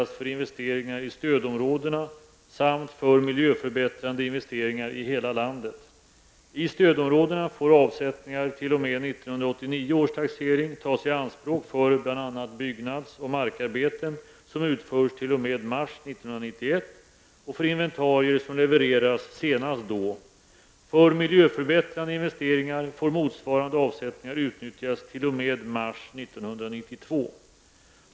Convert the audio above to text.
stödområdena får avsättningar t.o.m. 1989 års taxering tas i anspråk för bl.a. byggnads och markarbeten som utförs t.o.m. mars 1991 och för inventarier som levereras senast då. För miljöförbättrande investeringar får motsvarande avsättningar utnyttjas t.o.m. mars 1992.